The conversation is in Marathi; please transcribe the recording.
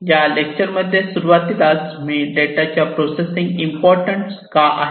या लेक्चर मध्ये येथे सुरुवातीलाच मी डेटाच्या प्रोसेसिंग इम्पॉर्टंट का आहे